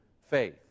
faith